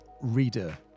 Reader